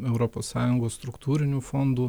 europos sąjungos struktūrinių fondų